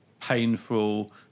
painful